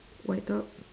white top